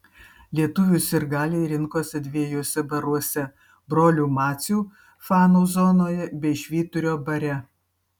lietuvių sirgaliai rinkosi dviejuose baruose brolių macių fanų zonoje bei švyturio bare